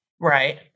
Right